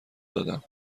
دادم